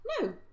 no